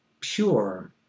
pure